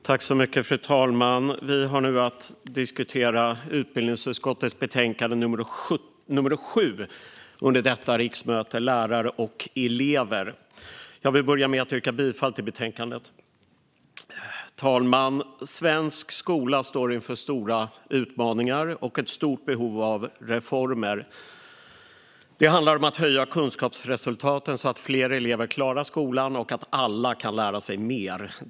Fru talman! Vi har nu att diskutera utbildningsutskottets betänkande nummer 7 under detta riksmöte, Lärare och elever . Jag vill börja med att yrka bifall till förslaget i betänkandet. Fru talman! Svensk skola står inför stora utmaningar och ett stort behov av reformer. Det handlar om att höja kunskapsresultaten så att fler elever klarar skolan och så att alla kan lära sig mer.